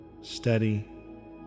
steady